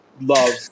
love